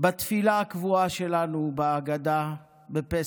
בתפילה הקבועה שלנו בגדה בפסח,